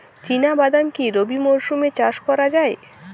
চিনা বাদাম কি রবি মরশুমে চাষ করা যায়?